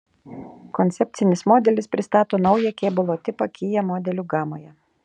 koncepcinis modelis pristato naują kėbulo tipą kia modelių gamoje